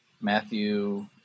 Matthew